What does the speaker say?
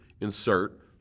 insert